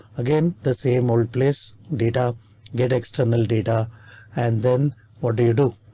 again? the same old place data get external data and then what do you do?